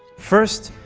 first,